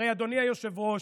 הרי אדוני היושב-ראש,